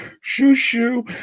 Shoo-shoo